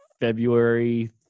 February